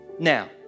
Now